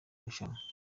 rushanwa